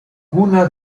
cuna